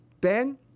Ben